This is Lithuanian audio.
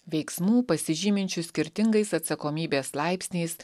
veiksmų pasižyminčių skirtingais atsakomybės laipsniais